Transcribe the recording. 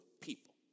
people